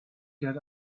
get